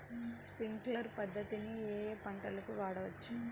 Sprinkler పద్ధతిని ఏ ఏ పంటలకు వాడవచ్చు?